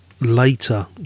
later